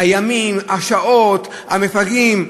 הימים, השעות, המפגעים,